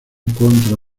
contra